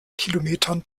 kilometern